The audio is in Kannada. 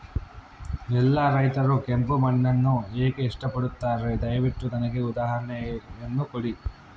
ಎಲ್ಲಾ ರೈತರು ಕೆಂಪು ಮಣ್ಣನ್ನು ಏಕೆ ಇಷ್ಟಪಡುತ್ತಾರೆ ದಯವಿಟ್ಟು ನನಗೆ ಉದಾಹರಣೆಯನ್ನ ಕೊಡಿ?